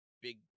big